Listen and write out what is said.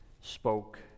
spoke